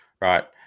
Right